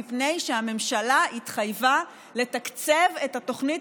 מפני שהממשלה התחייבה לתקצב את התוכנית